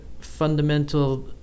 fundamental